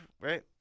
right